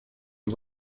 les